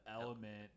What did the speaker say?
element